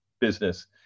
business